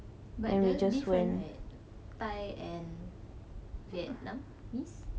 but the different right thai and vietnam miss